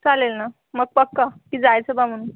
चालेल ना मग पक्का की जायचं बा म्हणून